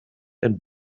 and